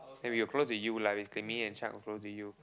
then we were close with you lah basically me and Shak were close to you